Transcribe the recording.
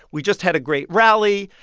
we just had a great rally.